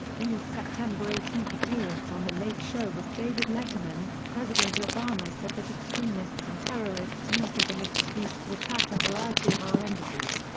in his september eighteen appearance on the late show with david letterman, president obama said that extremists and terrorists used as an excuse to attack a variety of our embassies.